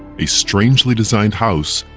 a strangely designed house,